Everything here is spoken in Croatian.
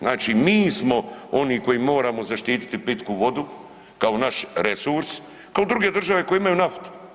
Znači mi smo oni koji moramo zaštititi pitku vodu kao naš resurs, kao druge države koje imaju naftu.